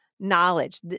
knowledge